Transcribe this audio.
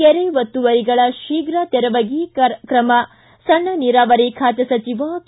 ಕೆರೆ ಒತ್ತುವರಿಗಳ ಶೀಘ ತೆರವಿಗೆ ಕ್ರಮ ಸಣ್ಣ ನೀರಾವರಿ ಖಾತೆ ಸಚಿವ ಕೆ